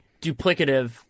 duplicative